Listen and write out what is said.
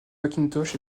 macintosh